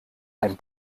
einen